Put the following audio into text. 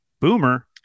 boomer